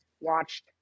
watched